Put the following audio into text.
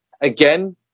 Again